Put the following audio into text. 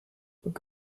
book